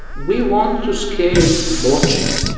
we want to scale blockchains,